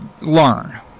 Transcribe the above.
learn